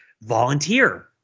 volunteer